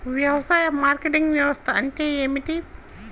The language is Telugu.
వ్యవసాయ మార్కెటింగ్ వ్యవస్థ అంటే ఏమిటి?